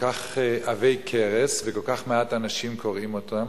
כך עבי כרס וכל כך מעט אנשים קוראים אותם,